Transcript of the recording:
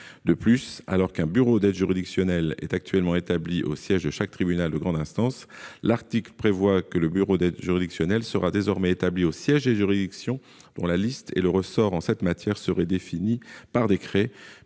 de plus alors qu'un bureau d'aide juridictionnelle est actuellement établi au siège de chaque tribunal de grande instance l'article prévoit que le bureau d'aide juridictionnelle sera désormais établie au siège des juridictions, dont la liste est le ressort en cette matière seraient définies par décret